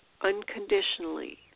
unconditionally